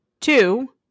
Two